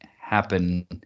happen